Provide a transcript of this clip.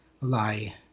lie